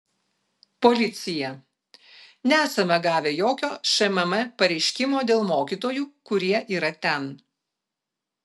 policija nesame gavę jokio šmm pareiškimo dėl mokytojų kurie yra ten